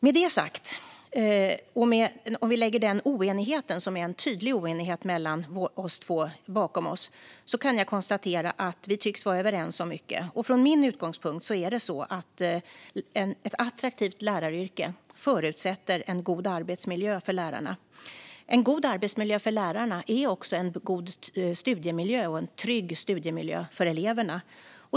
Med det sagt och om vi lägger den oenigheten, som är en tydlig oenighet mellan oss två, bakom oss kan jag konstatera att vi tycks vara överens om mycket. Från min utgångspunkt är det så att ett attraktivt läraryrke förutsätter en god arbetsmiljö för lärarna. En god arbetsmiljö för lärarna är också en god och trygg studiemiljö för eleverna.